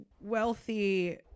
wealthy